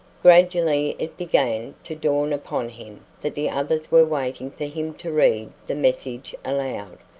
gradually it began to dawn upon him that the others were waiting for him to read the message aloud.